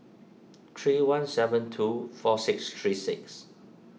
three one seven two four six three six